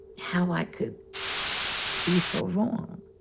how i could be so wrong.